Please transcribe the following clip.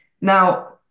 Now